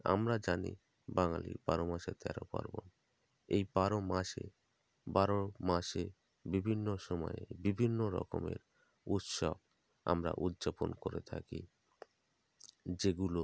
আমরা জানি বাঙালির বারো মাসে তেরো পার্বণ এই বারো মাসে বারো মাসে বিভিন্ন সময়ে বিভিন্ন রকমের উৎসব আমরা উদ্যাপন করে থাকি যেগুলো